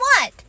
what